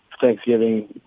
Thanksgiving